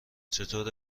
چطور